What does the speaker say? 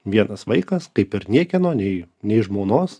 vienas vaikas kaip ir niekieno nei nei žmonos